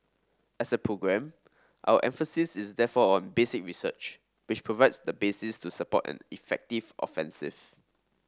as a programme our emphasis is therefore on basic research which provides the basis to support an effective offensive